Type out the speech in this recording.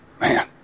man